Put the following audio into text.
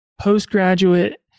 postgraduate